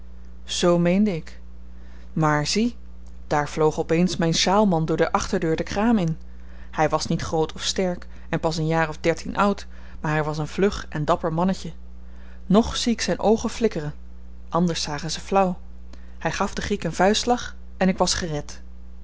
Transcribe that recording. z meende ik maar zie daar vloog op eens myn sjaalman door de achterdeur de kraam in hy was niet groot of sterk en pas een jaar of dertien oud maar hy was een vlug en dapper mannetje nog zie k zyn oogen flikkeren anders zagen ze flauw hy gaf den griek een vuistslag en ik was gered